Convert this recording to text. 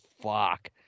fuck